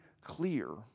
clear